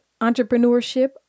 entrepreneurship